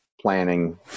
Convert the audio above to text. planning